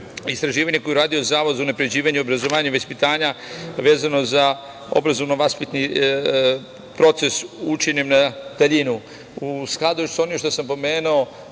istraživanje koje je uradio Zavod za unapređivanje obrazovanja i vaspitanja vezano za obrazovno-vaspitni proces učenja na daljinu. U skladu sa onim što sam pomenuo